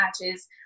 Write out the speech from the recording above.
matches